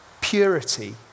purity